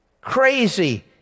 Crazy